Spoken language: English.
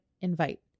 invite